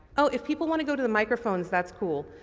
oh, if people want to go to the microphones that's cool.